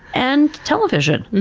and television,